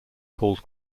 called